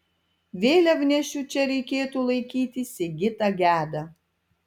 vėliavnešiu čia reikėtų laikyti sigitą gedą